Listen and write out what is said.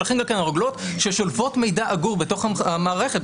ולכן הרוגלות ששולפות מידע אגור במערכת,